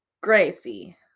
Gracie